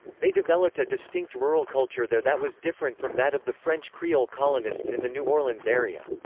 they developed a distinct rural culture there that was different from that of the french creole colonists in the new orleans area.